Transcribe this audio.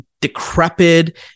decrepit